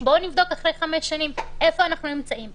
בואו נבדוק אחרי חמש שנים איפה אנחנו נמצאים,